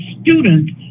students